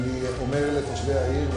31,000. זה אומר שזאת הולכת להיות עיר ענקית.